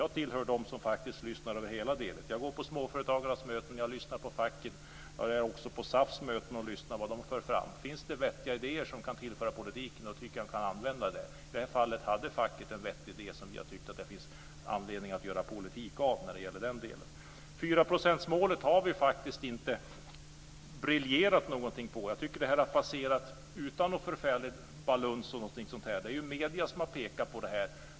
Jag tillhör dem som faktiskt lyssnar över hela ledet. Jag går på småföretagarnas möten, jag lyssnar på facket och jag är också på SAF:s möten och lyssnar på vad de för fram. Finns det vettiga idéer som man kan tillföra politiken så tycker jag att man kan använda dem. I det här fallet hade facket en vettig idé som jag tyckte att det fanns anledning att göra politik av. Vi har faktiskt inte briljerat någonting med 4 procentsmålet. Jag tycker att det har passerat utan någon förfärlig baluns. Det är medierna som har pekat på det här.